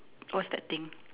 what's that thing